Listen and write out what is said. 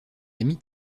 amis